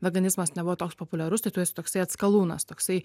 veganizmas nebuvo toks populiarus tai tu esi toksai atskalūnas toksai